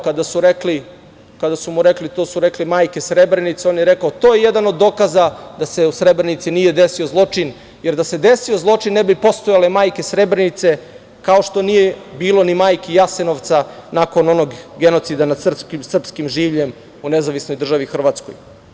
Kada su mu rekli da su to rekle majke Srebrenice, on je rekao – to je jedan od dokaza da se u Srebrenici nije desio zločin, jer da se desio zločin ne bi postojale majke Srebrenice, kao što nije bilo ni majki Jasenovca nakon onog genocida nad srpskim življem u NDH.